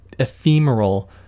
Ephemeral